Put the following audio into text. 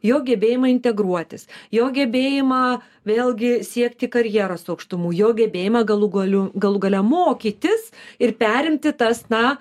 jo gebėjimą integruotis jo gebėjimą vėlgi siekti karjeros aukštumų jo gebėjimą galų galių galų gale mokytis ir perimti tas na